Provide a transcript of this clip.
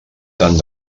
tant